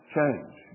Change